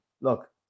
look